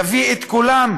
יביא את קולם,